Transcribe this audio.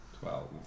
twelve